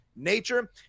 nature